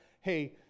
hey